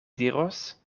diros